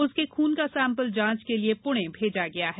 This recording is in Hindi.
उसके खून का सेम्पल जाँच के लिए पूणे भेजा गया है